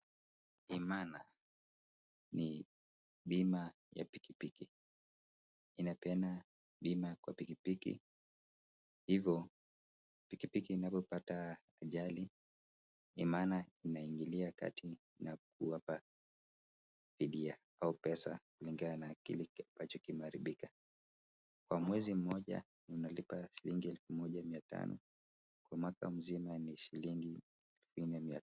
Imana ni bima ya pikipiki. Inapeana bima kwa pikipiki hivyo pikipiki inapopata ajali, imana inaingilia kati na kuwapa fidia au pesa kulingana na kile ambacho kimeharibika. Kwa mwezi mmoja unalipa shilingi elfu moja mia tano, kwa mwaka mzima ni shilingi